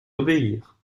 obéir